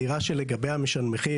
הדירה שלגביה משנמכים,